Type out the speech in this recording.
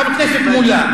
חבר הכנסת מולה.